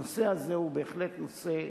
הנושא הזה הוא בהחלט נושא,